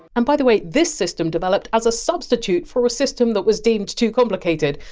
and by the way, this system developed as a substitute for a system that was deemed too complicated.